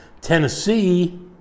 Tennessee